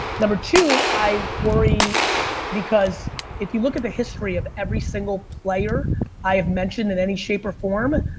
number two, i worry because if you look at the history of every single player i have mentioned in any shape or form,